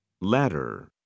ladder